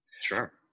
Sure